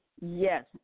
Yes